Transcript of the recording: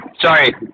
Sorry